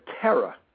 terror